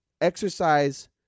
exercise